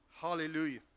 Hallelujah